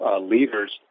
leaders